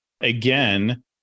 again